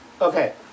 Okay